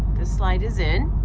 this slide is in.